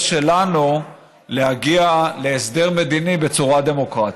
שלנו להגיע להסדר מדיני בצורה דמוקרטית.